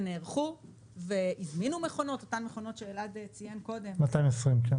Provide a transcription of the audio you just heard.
נערכו והזמינו מכונות שאלעד ציין קודם -- 220.